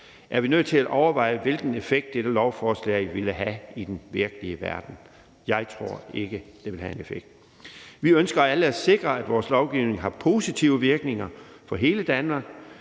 er vi nødt til at overveje, hvilken effekt dette beslutningsforslag vil have i den virkelige verden. Jeg tror ikke, det vil have en effekt. Vi ønsker alle at sikre, at vores lovgivning har positive virkninger for hele Danmark,